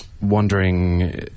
wondering